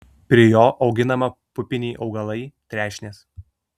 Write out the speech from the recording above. prie jo auginama pupiniai augalai trešnės